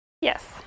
Yes